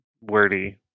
wordy